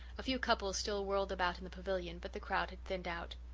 a few couples still whirled about in the pavilion but the crowd had thinned out.